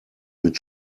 mit